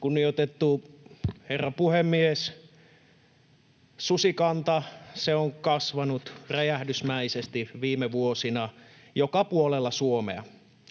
Kunnioitettu herra puhemies! Susikanta on kasvanut räjähdysmäisesti viime vuosina joka puolella Suomea.